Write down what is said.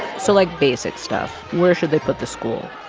so, like, basic stuff where should they put the school?